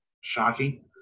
shocking